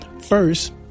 First